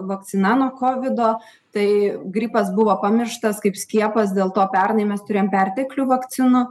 vakcina nuo kovido tai gripas buvo pamirštas kaip skiepas dėl to pernai mes turėjom perteklių vakcinų